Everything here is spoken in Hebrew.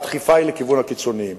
והדחיפה היא לכיוון הקיצונים.